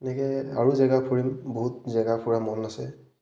এনেকৈ আৰু জেগা ফুৰিম বহুত জেগা ফুৰা মন আছে